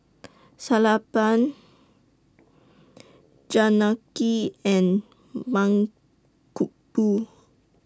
Sellapan Janaki and Mankombu